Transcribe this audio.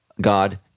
God